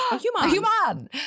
human